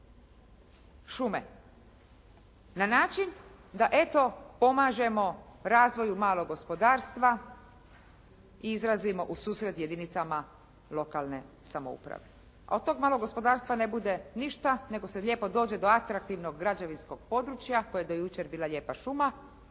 šume na način da eto pomažemo razvoju malog gospodarstva i izlazimo u susret jedinicama lokalne samouprave. A o tog malog gospodarstva ne bude ništa, nego se lijepo dođe do atraktivnog građevinskog područja, koja je do jučer bila lijepa šuma,